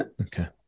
Okay